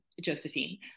Josephine